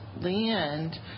land